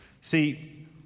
See